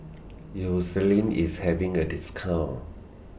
Eucerin IS having A discount